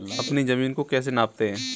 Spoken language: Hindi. अपनी जमीन को कैसे नापते हैं?